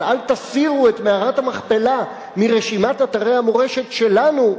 אבל אל תסירו את מערת המכפלה מרשימת אתרי המורשת שלנו,